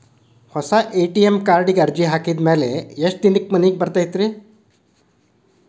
ಹೊಸಾ ಎ.ಟಿ.ಎಂ ಕಾರ್ಡಿಗೆ ಅರ್ಜಿ ಹಾಕಿದ್ ಮ್ಯಾಲೆ ಎಷ್ಟ ದಿನಕ್ಕ್ ಮನಿಗೆ ಬರತೈತ್ರಿ?